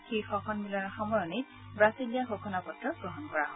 শীৰ্ষ সন্মিলনৰ সামৰণিত ব্ৰাছিলিয়া ঘোষণা পত্ৰ গ্ৰহণ কৰা হয়